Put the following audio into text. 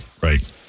Right